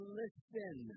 listen